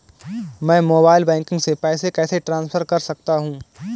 मैं mobile banking से पैसे कैसे ट्रांसफर कर सकता हूं?